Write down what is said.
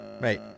Mate